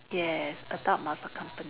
yes adult must accompany